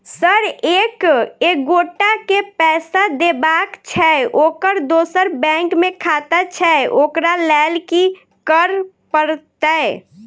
Sir एक एगोटा केँ पैसा देबाक छैय ओकर दोसर बैंक मे खाता छैय ओकरा लैल की करपरतैय?